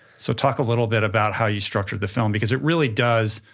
so talk a little bit about how you structured the film, because it really does,